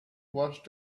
washed